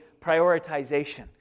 prioritization